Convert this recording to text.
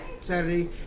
Saturday